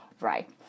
right